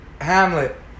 Hamlet